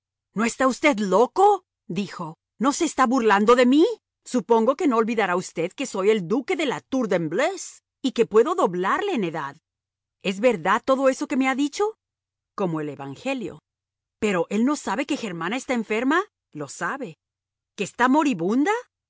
no está usted loco dijo no se está burlando de mí supongo que no olvidará usted que soy el duque de la tour de embleuse y que puedo doblarle en edad es verdad todo eso que me ha dicho como el evangelio pero él no sabe que germana está enferma lo sabe que está moribunda